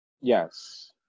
Yes